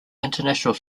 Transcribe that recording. international